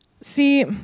See